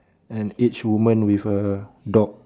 an aged woman with a dog